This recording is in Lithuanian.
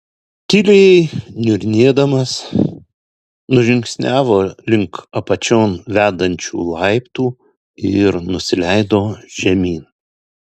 tyliai niurnėdamas nužingsniavo link apačion vedančių laiptų ir nusileido žemyn